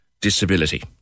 disability